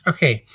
Okay